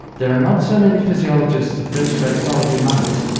there are not so many physiologists of first-rate quality among us,